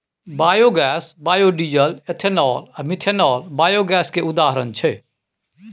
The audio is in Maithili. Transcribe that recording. बायोगैस, बायोडीजल, एथेनॉल आ मीथेनॉल बायोगैस केर उदाहरण छै